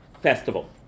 festival